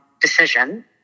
decision